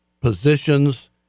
positions